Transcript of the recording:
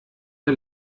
der